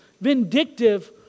vindictive